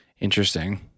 Interesting